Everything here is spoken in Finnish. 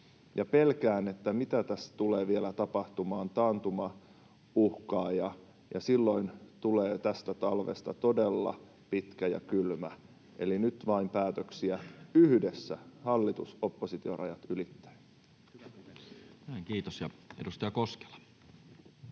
Pelkään, mitä tässä tulee vielä tapahtumaan. Taantuma uhkaa, ja silloin tulee tästä talvesta todella pitkä ja kylmä. Eli nyt vain päätöksiä yhdessä hallitus—oppositio-rajat ylittäen. Näin, kiitos. — Ja edustaja Koskela.